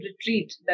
retreat